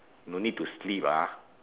no need to sleep ah